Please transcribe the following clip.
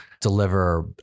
deliver